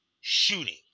shooting